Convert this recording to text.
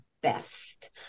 best